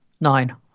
nine